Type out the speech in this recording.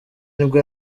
nibwo